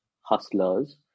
hustlers